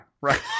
right